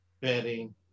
betting